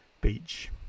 beach